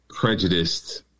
Prejudiced